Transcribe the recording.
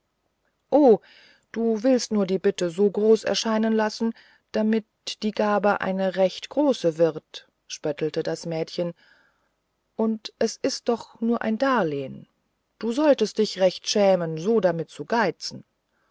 o du willst nur die bitte so groß erscheinen lassen damit die gabe eine recht große wird spöttelte das mädchen und es ist doch nur ein darlehen du solltest dich recht schämen so damit zu geizen